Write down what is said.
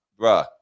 Bruh